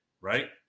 right